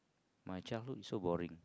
my childhood is so boring